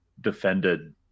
defended